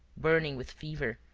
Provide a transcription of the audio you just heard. burning with fever,